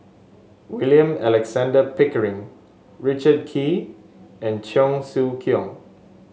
William Alexander Pickering Richard Kee and Cheong Siew Keong